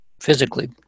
physically